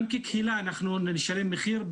גם כקהילה אנחנו נשלם מחיר.